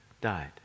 died